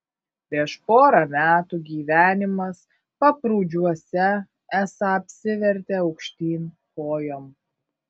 prieš porą metų gyvenimas paprūdžiuose esą apsivertė aukštyn kojom